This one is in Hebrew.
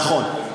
נכון.